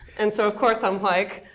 and so of course, i'm like,